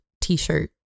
T-shirt